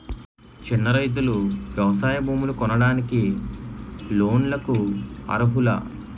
చిన్న రైతులు వ్యవసాయ భూములు కొనడానికి లోన్ లకు అర్హులా?